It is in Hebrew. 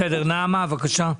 בסדר, נעמה בבקשה.